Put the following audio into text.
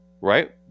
right